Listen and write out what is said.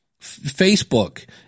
Facebook